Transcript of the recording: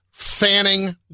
Fanning